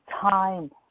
time